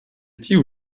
tiu